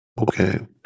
Okay